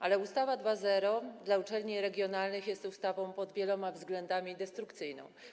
Ale ustawa 2.0 dla uczelni regionalnych jest ustawą pod wieloma względami destrukcyjną.